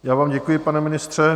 Já vám děkuji, pane ministře.